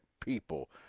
people